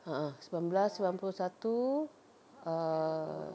a'ah sembilan belas sembilan puluh satu err